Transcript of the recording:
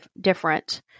different